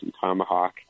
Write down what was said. Tomahawk